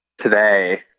today